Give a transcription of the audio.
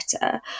better